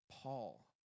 Paul